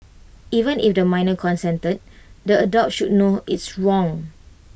even if the minor consented the adult should know it's wrong